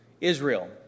Israel